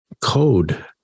code